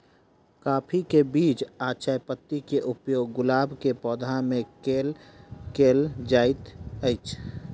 काफी केँ बीज आ चायपत्ती केँ उपयोग गुलाब केँ पौधा मे केल केल जाइत अछि?